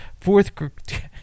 fourth